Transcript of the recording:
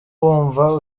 wumva